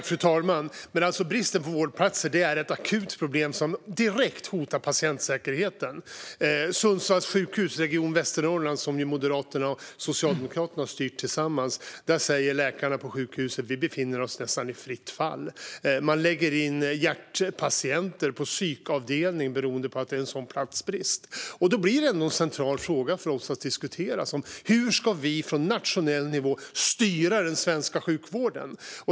Fru talman! Bristen på vårdplatser är ett akut problem som direkt hotar patientsäkerheten. På Sundsvalls sjukhus - Region Västernorrland, som Moderaterna och Socialdemokraterna styrt tillsammans - säger läkarna: Vi befinner oss nästan i fritt fall. Man lägger in hjärtpatienter på psykavdelning beroende på att det är en sådan platsbrist. Det blir ändå en central fråga för oss att diskutera. Hur ska vi från nationell nivå styra den svenska sjukvården?